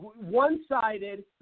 one-sided